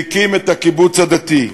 שהקים את הקיבוץ הדתי.